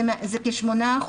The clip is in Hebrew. אז זה 8.7%. זה כ-8%.